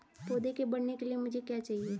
पौधे के बढ़ने के लिए मुझे क्या चाहिए?